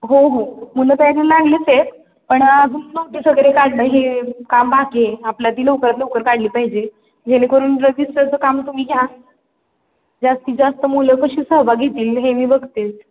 हो हो मुलं तयारीला लागलीच आहेत पण अजून नोटीस वगैरे काढणं हे काम बाकी आहे आपल्याला ती लवकरात लवकर काढली पाहिजे जेणेकरून रजिस्टरचं काम तुम्ही घ्या जास्तीत जास्त मुलं कशी सहभाग घेतील हे मी बघते